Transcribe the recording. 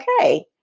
okay